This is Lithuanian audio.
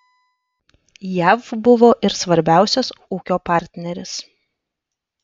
jav buvo ir svarbiausias ūkio partneris